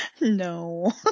No